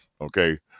okay